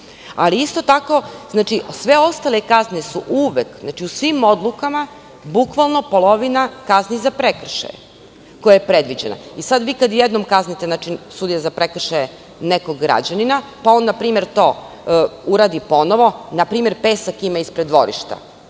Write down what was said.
Isto tako, sve ostale kazne su uvek, znači u svim odlukama, bukvalno polovina kazni za prekršaje, koja je predviđena. Sada vi kada jednom kaznite, znači sudija za prekršaje, nekog građanina, pa on na primer to uradi ponovo, na primer pesak ima ispred dvorišta,